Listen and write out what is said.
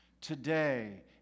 Today